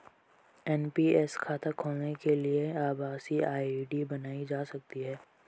NPS खाता खोलने के लिए आभासी आई.डी बनाई जा सकती है